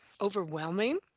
overwhelming